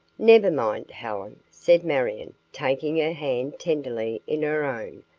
never mind, helen, said marion, taking her hand tenderly in her own.